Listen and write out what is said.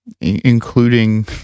including